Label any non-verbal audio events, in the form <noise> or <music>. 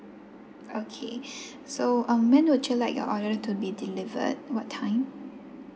okay <breath> so um when would you like your order to be delivered what time